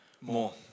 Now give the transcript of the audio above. more